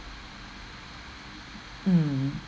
mm